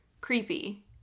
creepy